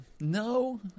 No